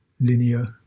linear